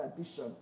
addition